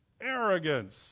Arrogance